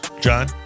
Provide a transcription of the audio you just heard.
John